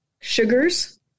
sugars